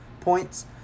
Points